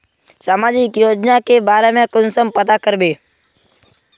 सामाजिक योजना के बारे में कुंसम पता करबे?